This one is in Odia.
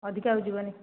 ଅଧିକା ଆଉ ଯିବନି